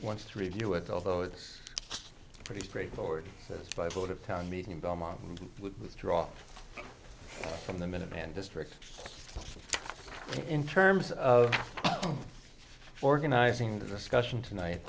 wants to review it although it's pretty straightforward by sort of town meeting in belmont would withdraw from the minuteman district in terms of organizing the discussion tonight